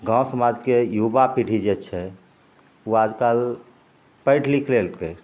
गाँव समाजके युवा पीढ़ी जे छै ओ आजकल पढ़ि लिख लेलकै